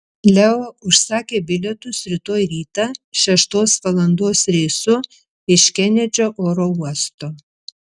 leo užsakė bilietus rytoj rytą šeštos valandos reisu iš kenedžio oro uosto